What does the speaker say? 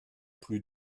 plus